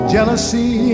Jealousy